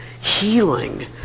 healing